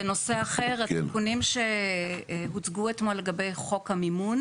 בנושא אחר, התיקונים שהוצגו אתמול כלפי חוק המימון